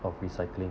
of recycling